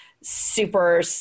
super